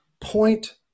point